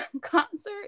concert